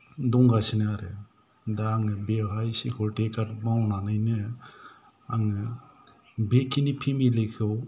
दंगासिनो आरो दा आं बेवहाय सिकिउरिटि गार्ड मावनानैनो आङो बेखिनि फेमिलि खौ